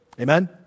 Amen